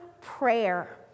prayer